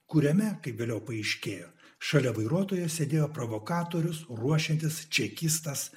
kuriame kaip vėliau paaiškėjo šalia vairuotojo sėdėjo provokatorius ruošiantis čekistas